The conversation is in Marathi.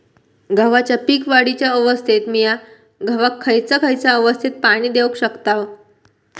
गव्हाच्या पीक वाढीच्या अवस्थेत मिया गव्हाक खैयचा खैयचा अवस्थेत पाणी देउक शकताव?